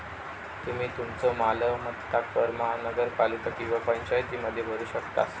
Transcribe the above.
तुम्ही तुमचो मालमत्ता कर महानगरपालिका किंवा पंचायतीमध्ये भरू शकतास